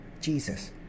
Jesus